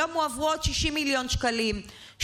היום הועברו עוד 60 מיליון שקלים,